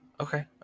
Okay